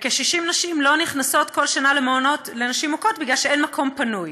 וכ-60 נשים לא נכנסות כל שנה למעונות לנשים מוכות כי אין מקום פנוי.